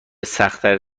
سختتر